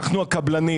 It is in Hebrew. אנחנו הקבלנים,